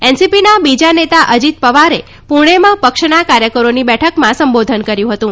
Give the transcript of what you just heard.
એનસીપીના બીજા નેતા અજીત પવારે પૂણેમાં પક્ષના કાર્યકરોની બેઠકમાં સંબોધન કર્યું હતું